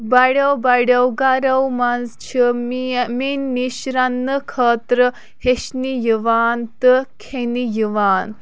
بَڈیٚو بَڈیٚو گَرَو منٛز چھ مےٚ نِش رَننہٕ خٲطرٕ ہیٚچھنہِ یِوان تہٕ کھیٚنہِ یِوان